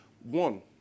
One